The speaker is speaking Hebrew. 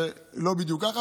זה לא בדיוק ככה,